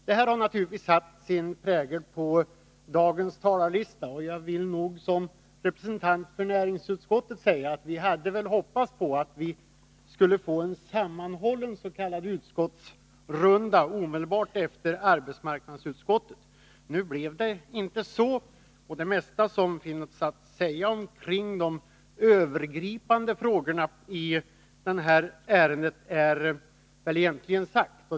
Detta har naturligtvis satt sin prägel på dagens talarlista, och jag vill som representant för näringsutskottet säga att vi hade hoppats på att vi skulle få en sammanhållen s.k. utskottsrunda omedelbart efter debatten av arbetsmarknadsutskottets betänkande. Nu blev det inte så, och det mesta som finns att säga när det gäller de övergripande frågorna i detta ärende är väl egentligen sagt.